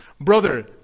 Brother